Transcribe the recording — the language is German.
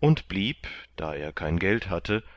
und blieb da er kein geld hatte